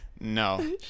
No